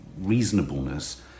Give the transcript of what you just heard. reasonableness